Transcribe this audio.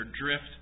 drift